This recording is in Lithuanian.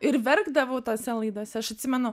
ir verkdavau tose laidose aš atsimenu